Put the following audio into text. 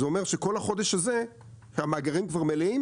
זה אומר שכל החודש הזה המאגרים כבר מלאים